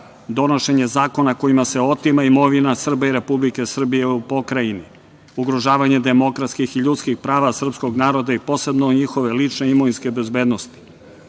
donošenje zakona kojima se otima imovina Srba i Republike Srbije u pokrajini, ugrožavanje demokratskih i ljudskih prava srpskog naroda i posebno njihove lične imovinske bezbednosti. Nad